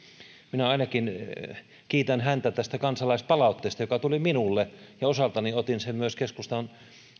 minä ainakin kiitän häntä tästä kansalaispalautteesta joka tuli minulle ja osaltani otin sen myös keskustan